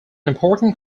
important